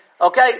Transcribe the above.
okay